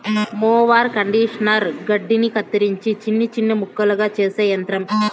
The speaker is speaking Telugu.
మొవార్ కండీషనర్ గడ్డిని కత్తిరించి చిన్న చిన్న ముక్కలుగా చేసే యంత్రం